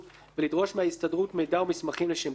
ולדרוש מההסתדרות מידע ומסמכים לשם כך;